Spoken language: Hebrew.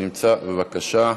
בבקשה.